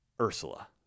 Ursula